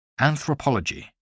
anthropology